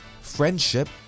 friendship